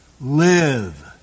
Live